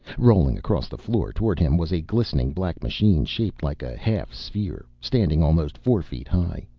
rolling across the floor toward him was a glistening black machine shaped like a half-sphere, standing almost four feet high.